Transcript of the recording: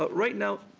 but right now,